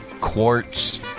quartz